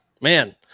Man